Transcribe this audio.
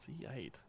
C8